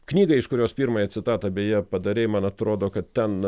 knygą iš kurios pirmąją citatą beje padarei man atrodo kad ten